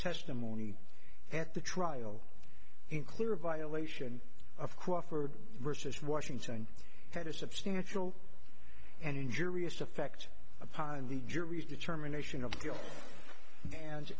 testimony at the trial in clear violation of quo for versus washington had a substantial and injurious effect upon the jury's determination of guilt and